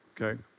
Okay